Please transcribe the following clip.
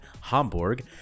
Hamburg